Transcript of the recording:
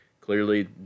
Clearly